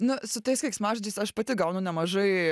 nu su tais keiksmažodžiais aš pati gaunu nemažai